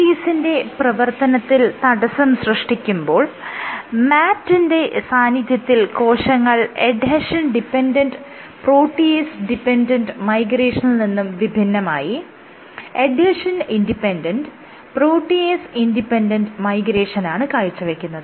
MMPs ന്റെ പ്രവർത്തനത്തിൽ തടസ്സം സൃഷ്ടിക്കുമ്പോൾ MAT ന്റെ സാന്നിധ്യത്തിൽ കോശങ്ങൾ എഡ്ഹെഷൻ ഡിപെൻഡന്റ് പ്രോട്ടിയേസ് ഡിപെൻഡന്റ് മൈഗ്രേഷനിൽ നിന്നും വിഭിന്നമായി എഡ്ഹെഷൻ ഇൻഡിപെൻഡന്റ് പ്രോട്ടിയേസ് ഇൻഡിപെൻഡന്റ് മൈഗ്രേഷനാണ് കാഴ്ചവെക്കുന്നത്